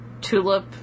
Tulip